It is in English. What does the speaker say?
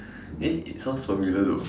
eh it sounds familiar though